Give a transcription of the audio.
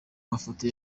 mafoto